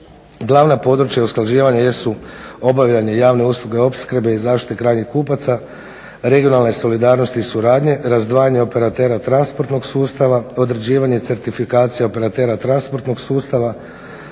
Glavna područja usklađivanja jesu obavljanje javne usluge, opskrbe i zaštite krajnjih kupaca, regionalne solidarnosti i suradnje, razdvajanje operatera transportnog sustava, određivanje certifikacija operatera transportnog sustava,